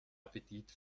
appetit